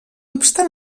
obstant